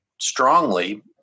strongly